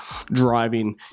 driving